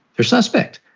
they're suspect.